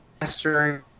Mastering